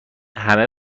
همه